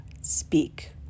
speak